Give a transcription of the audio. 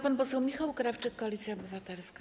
Pan poseł Michał Krawczyk, Koalicja Obywatelska.